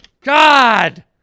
God